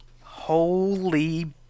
Holy